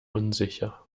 unsicher